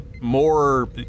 more